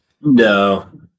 no